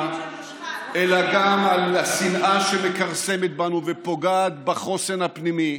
אלא גם מהשנאה שמכרסמת בנו ופוגעת בחוסן הפנימי,